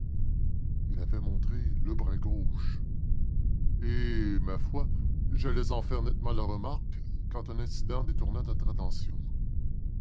il avait montré le bras gauche et ma foi j'allais en faire nettement la remarque quand un incident détourna notre attention